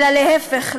אלא להפך,